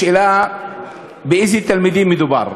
השאלה היא באיזה תלמידים מדובר: